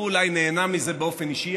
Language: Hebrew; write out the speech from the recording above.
הוא אולי נהנה מזה באופן אישי,